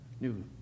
new